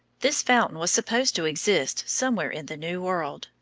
this fountain was supposed to exist somewhere in the new world,